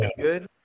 good